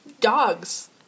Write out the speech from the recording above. Dogs